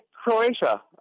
Croatia